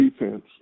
defense